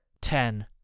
Ten